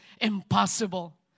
impossible